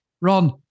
Ron